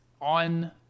on